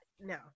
no